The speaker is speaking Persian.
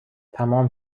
تمام